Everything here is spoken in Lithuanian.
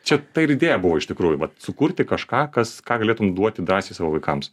čia ta ir idėja buvo iš tikrųjų vat sukurti kažką kas ką galėtum duoti drąsiai savo vaikams